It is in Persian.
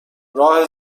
راه